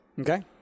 Okay